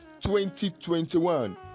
2021